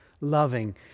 loving